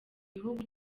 bihugu